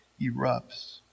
erupts